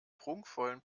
prunkvollen